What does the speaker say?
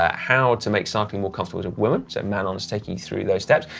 ah how to make cycling more comfortable to women. manon is taking you through those steps.